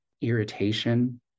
irritation